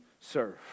serve